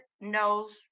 knows